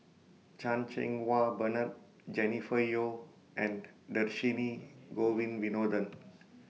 Chan Cheng Wah Bernard Jennifer Yeo and Dhershini Govin Winodan